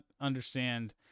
understand